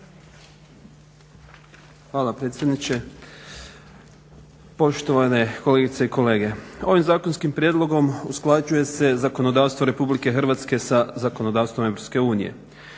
Hvala predsjedniče. Poštovane kolegice i kolege ovim zakonskim prijedlogom usklađuje se zakonodavstvo RH sa zakonodavstvom EU. Zajedničko